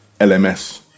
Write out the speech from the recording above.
LMS